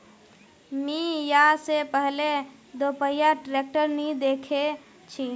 मी या से पहले दोपहिया ट्रैक्टर नी देखे छी